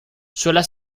sulla